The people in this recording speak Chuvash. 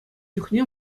чухне